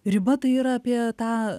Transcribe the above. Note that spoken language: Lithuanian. riba tai yra apie tą